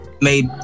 made